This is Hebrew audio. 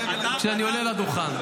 כשאני עולה לדוכן.